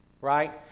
right